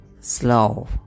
slow